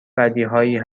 بدیهایی